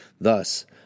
Thus